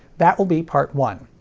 that will be part one.